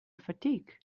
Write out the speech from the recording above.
fatigue